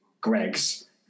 Greg's